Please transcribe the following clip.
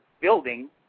building